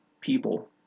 people